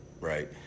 right